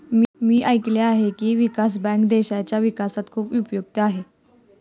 मी ऐकले आहे की, विकास बँक देशाच्या विकासात खूप उपयुक्त आहे